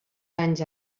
anys